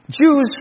Jews